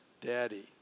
Daddy